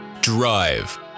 Drive